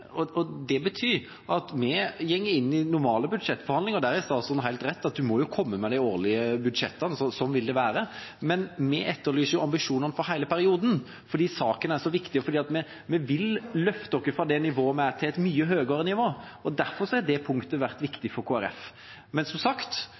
i komiteen. Det betyr at vi går inn i normale budsjettforhandlinger – og der har statsråden helt rett – en må komme med de årlige budsjettene, og sånn vil det være. Men vi etterlyser ambisjoner for hele perioden fordi saken er så viktig, og fordi vi vil løfte oss fra nivået vi er på, til et mye høyere nivå, og derfor har det punket vært